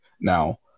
now